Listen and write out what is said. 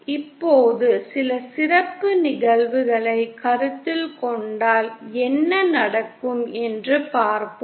இப்போது சில சிறப்பு நிகழ்வுகளைக் கருத்தில் கொண்டால் என்ன நடக்கும் என்று பார்ப்போம்